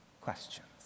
questions